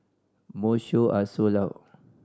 most show are sold out